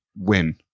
win